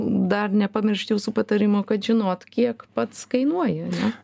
dar nepamiršt jūsų patarimo kad žinot kiek pats kainuoji ane